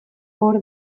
hor